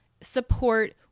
support